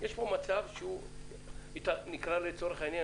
יש פה מצב שנקרא לצורך העניין